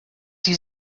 sie